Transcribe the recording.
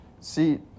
See